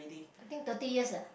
I think thirty years ah